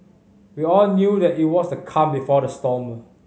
we all knew that it was the calm before the storm